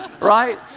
Right